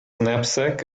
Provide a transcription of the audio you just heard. knapsack